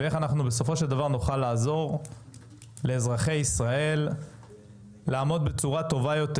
ואיך אנחנו בסופו של דבר נוכל לעזור לאזרחי ישראל לעמוד בצורה טובה יותר